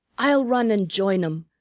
i'll run an' join em,